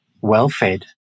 well-fed